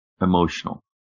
emotional